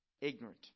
Ignorant